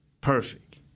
perfect